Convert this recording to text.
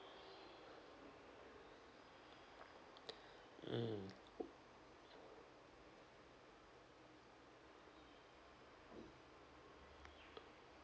mm